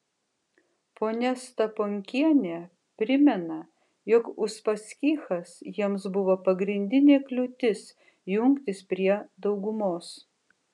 ponia staponkienė primena jog uspaskichas jiems buvo pagrindinė kliūtis jungtis prie daugumos